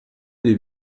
des